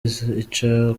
ica